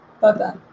Bye-bye